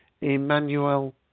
Emmanuel